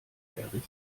errichten